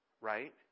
Right